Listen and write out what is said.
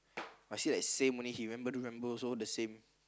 I say like same only he remember don't remember also the same